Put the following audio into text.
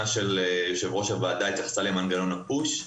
שיושבת-ראש הוועדה התייחסה למנגנון הפוש,